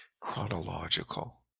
chronological